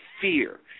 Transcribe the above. fear